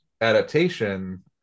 adaptation